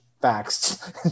facts